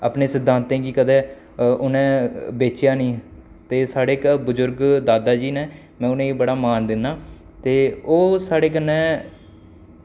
अपने सिद्धांतें गी कदें उ'नें बेचेआ गै नेईं ते साढ़े घर बजुर्ग दादा जी न में उ'नें ई बड़ा मान दिन्ना ते ओह् साढ़े कन्नै